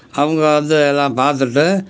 அவங்க வந்து எல்லாம் பார்த்துட்டு